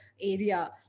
area